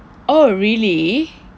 oh really